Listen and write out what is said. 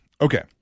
okay